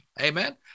amen